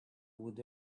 would